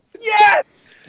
yes